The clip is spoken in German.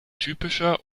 typischer